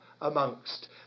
amongst